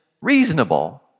Reasonable